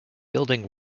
building